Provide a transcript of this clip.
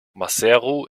maseru